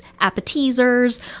appetizers